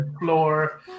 floor